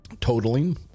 totaling